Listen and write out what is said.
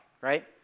right